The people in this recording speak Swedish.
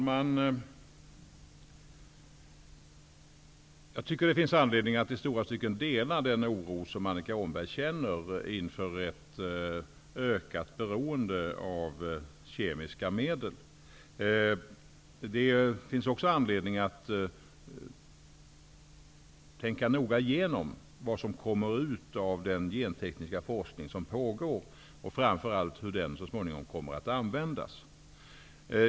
Fru talman! Det finns anledning att i stora stycken dela den oro som Annika Åhnberg känner inför ett ökat beroende av kemiska medel. Det finns också anledning att noga tänka igenom vad som kommer ut av den gentekniska forskning som pågår och framför allt hur den så småningom kommer att användas.